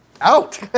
out